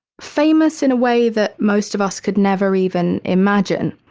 famous in a way that most of us could never even imagine.